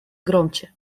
громче